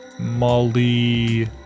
Molly